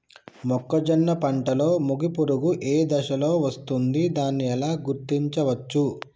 మొక్కజొన్న పంటలో మొగి పురుగు ఏ దశలో వస్తుంది? దానిని ఎలా గుర్తించవచ్చు?